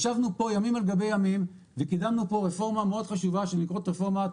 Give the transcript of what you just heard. ישבנו פה ימים על גבי ימים וקידמנו פה רפורמה מאוד חשובה שנקראת רפורמת,